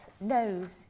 knows